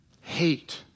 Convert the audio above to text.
Hate